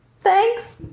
Thanks